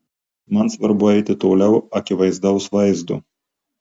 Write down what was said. man svarbu eiti toliau akivaizdaus vaizdo